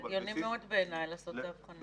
זה הגיוני מאוד לעשות את ההבחנה הזאת.